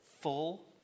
full